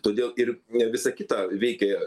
todėl ir ne visą kitą reikia